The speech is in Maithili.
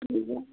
हुँ